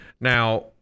Now